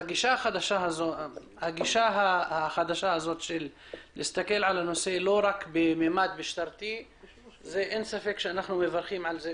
הגישה החדשה של להסתכל על הנושא לא רק בממד המשטרתי אנחנו מברכים על זה,